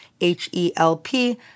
H-E-L-P